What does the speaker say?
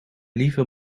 liever